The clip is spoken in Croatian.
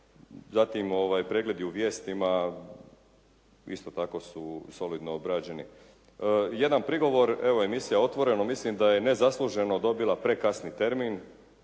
zatim pregledi u «Vijestima» isto tako su solidno obrađeni. Jedan prigovor, evo emisija «Otvoreno» mislim da je nezasluženo dobila prekasni termin